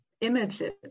images